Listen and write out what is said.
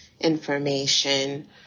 information